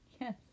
Yes